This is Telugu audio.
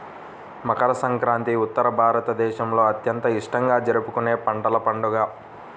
మకర సంక్రాంతి ఉత్తర భారతదేశంలో అత్యంత ఇష్టంగా జరుపుకునే పంటల పండుగ